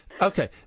Okay